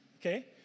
okay